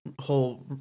whole